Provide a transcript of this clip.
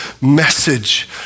message